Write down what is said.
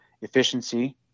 Efficiency